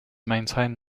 maintain